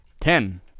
Ten